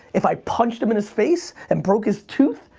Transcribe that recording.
if i punched him in his face and broke his tooth,